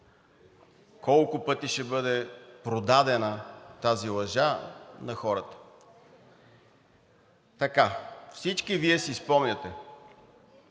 колко пъти ще бъде продадена тази лъжа на хората.“ Така. Всички Вие си спомняте,